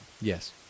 yes